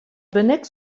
bennak